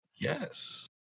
yes